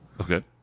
Okay